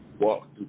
Walk